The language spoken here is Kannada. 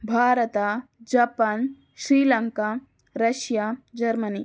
Bharat Japan Sri Lanka Russia Germany